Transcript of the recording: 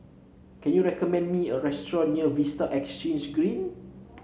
can you recommend me a restaurant near Vista Exhange Green